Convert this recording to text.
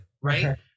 right